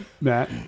Matt